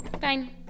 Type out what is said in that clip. Fine